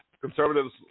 Conservatives